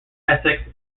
essex